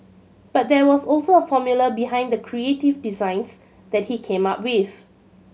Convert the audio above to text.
but there was also a formula behind the creative designs that he came up with